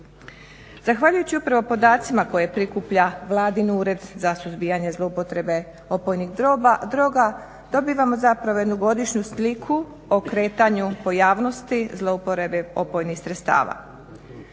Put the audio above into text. Zahvaljujući upravo podacima koje prikuplja Vladin Ured za suzbijanje zloupotrebe opojnih droga, dobivamo zapravo jednu godišnju sliku o kretanju po javnosti zlouporabe opojnih sredstava.